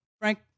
Frank